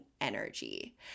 energy